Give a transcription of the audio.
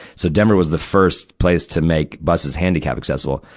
so, denver was the first place to make buses handicap accessible.